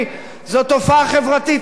היא: זו תופעה חברתית,